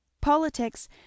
politics